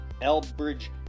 Elbridge